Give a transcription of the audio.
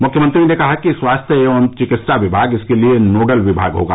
मुख्यमंत्री ने कहा कि स्वास्थ्य एवं चिकित्सा विभाग इसके लिये नोडल विभाग होगा